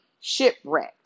shipwrecked